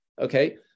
okay